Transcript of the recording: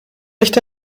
recht